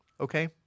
Okay